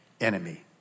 enemy